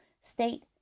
state